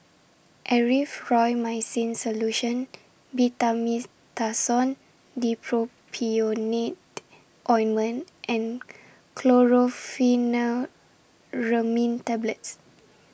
Erythroymycin Solution Betamethasone Dipropionate Ointment and Chlorpheniramine Tablets